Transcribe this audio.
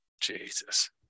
Jesus